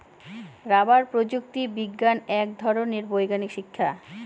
rubber প্রযুক্তি বিজ্ঞান এক ধরনের বৈজ্ঞানিক শিক্ষা